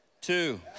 Two